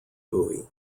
buoy